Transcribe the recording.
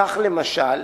כך, למשל,